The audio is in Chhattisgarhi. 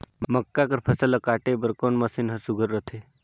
मक्का कर फसल ला काटे बर कोन मशीन ह सुघ्घर रथे?